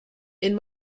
and